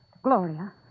Gloria